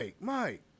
Mike